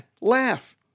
laugh